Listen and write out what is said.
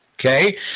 okay